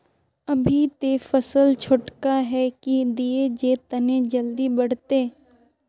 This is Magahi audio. अभी ते फसल छोटका है की दिये जे तने जल्दी बढ़ते?